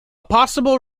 possible